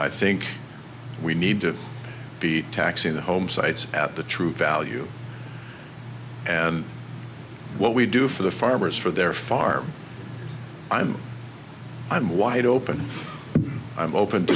i think we need to be taxing the home sites at the true value and what we do for the farmers for their farm i'm i'm wide open i'm open to